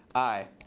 i.